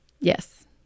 Yes